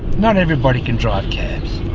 not everybody can drive cabs.